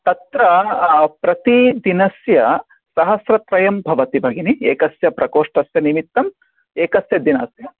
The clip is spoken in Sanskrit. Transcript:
तत्र प्रतिदिनस्य सहस्रत्रयं भवति भगिनी एकस्य प्रकोष्ठस्य निमित्तम् एकस्य दिनस्य